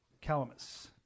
Calamus